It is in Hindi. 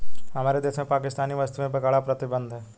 हमारे देश में पाकिस्तानी वस्तुएं पर कड़ा प्रतिबंध हैं